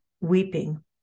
weeping